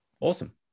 Awesome